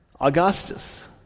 Augustus